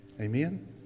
Amen